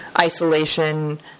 Isolation